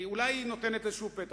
אולי זה נותן איזה פתח,